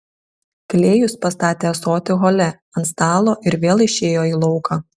klėjus pastatė ąsotį hole ant stalo ir vėl išėjo į lauką